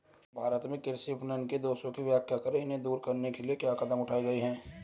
भारत में कृषि विपणन के दोषों की व्याख्या करें इन्हें दूर करने के लिए क्या कदम उठाए गए हैं?